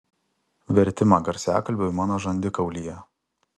vertimą garsiakalbiui mano žandikaulyje